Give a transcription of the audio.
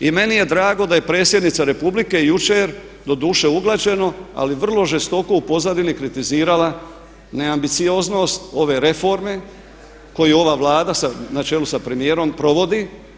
I meni je drago da je predsjednica Republike jučer doduše uglađeno ali vrlo žestoko u pozadini kritizirala neambicioznost ove reforme koju ovu Vlada na čelu sa premijerom provodi.